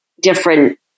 different